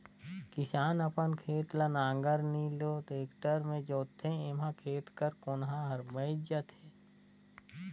किसान अपन खेत ल नांगर नी तो टेक्टर मे जोतथे एम्हा खेत कर कोनहा हर बाएच जाथे